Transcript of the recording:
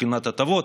מבחינת ההטבות.